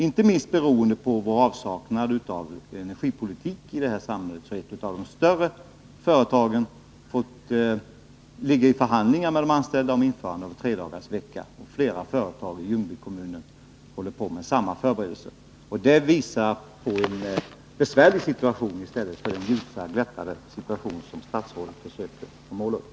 Inte minst beroende på vår avsaknad av energipolitik i detta samhälle har ett av de större företagen inlett förhandlingar med de anställda om införande av tredagarsvecka, och flera företagi Ljungby kommun håller på med samma förberedelser. Det visar att det är en besvärlig situation, i stället för det ljusa läge som statsrådet försöker teckna.